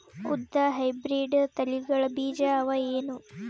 ಉದ್ದ ಹೈಬ್ರಿಡ್ ತಳಿಗಳ ಬೀಜ ಅವ ಏನು?